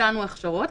ביצענו הכשרות.